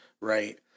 Right